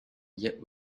yet